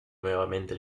nuevamente